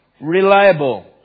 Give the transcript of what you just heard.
reliable